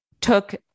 took